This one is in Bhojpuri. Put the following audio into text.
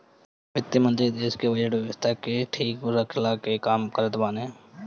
वित्त मंत्री देस के बजट व्यवस्था के भी ठीक रखला के काम करत बाने